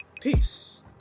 Peace